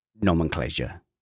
nomenclature